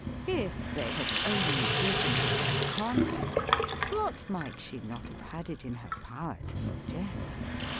if they had only given her their confidence, what might she not have had it in her power to suggest!